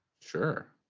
Sure